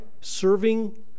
serving